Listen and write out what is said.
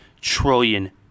trillion